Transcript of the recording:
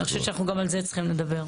אני חושבת שאנחנו גם על זה צריכים לדבר.